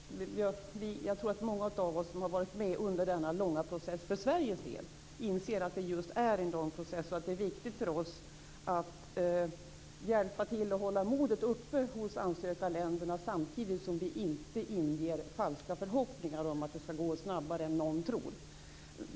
Fru talman! Jag tror att många av oss som har varit med under denna långa process för Sveriges del inser att det just är en lång process och att det är viktigt för oss att hjälpa till att hålla modet uppe hos ansökarländerna, samtidigt som vi inte får inge falska förhoppningar om att det skall gå snabbare än man tror.